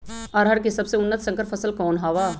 अरहर के सबसे उन्नत संकर फसल कौन हव?